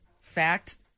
fact